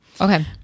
Okay